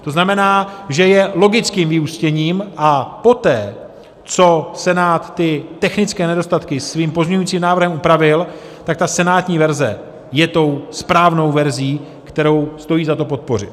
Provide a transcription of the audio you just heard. To znamená, že je logickým vyústěním, a poté, co Senát technické nedostatky svým pozměňovacím návrhem upravil, tak ta senátní verze je tou správnou verzí, kterou stojí za to podpořit.